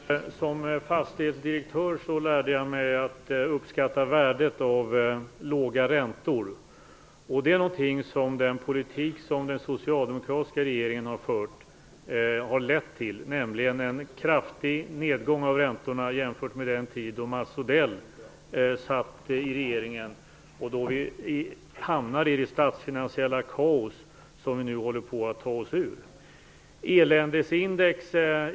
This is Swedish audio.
Herr talman! Som fastighetsdirektör, Mats Odell, lärde jag mig att uppskatta värdet av låga räntor. Det är någonting som den politik som den socialdemokratiska regeringen har fört har lett till, nämligen en kraftig nedgång av räntorna jämfört med den tid då Mats Odell satt i regeringen och då vi hamnade i det statsfinansiella kaos som vi nu håller på att ta oss ur.